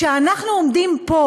וכשאנחנו עומדים פה